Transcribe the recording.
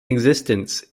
existence